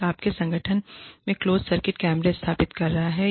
एक आपके संगठन में क्लोज सर्किट कैमरे स्थापित कर रहा है